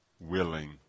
willing